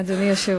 אדוני היושב-ראש,